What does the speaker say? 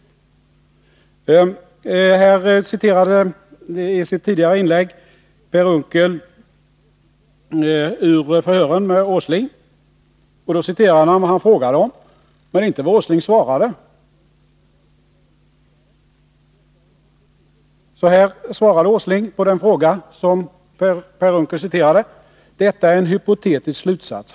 Onsdagen den Per Unckel citerade i sitt tidigare inlägg ur förhören med Nils Åsling. Då 12 maj 1982 citerade han vad han själv hade frågat om men inte vad Nils Åsling hade svarat. Så här svarade Nils Åsling på den fråga som Per Unckel citerade: ”Detta är en hypotetisk slutsats.